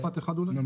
משפט אחד.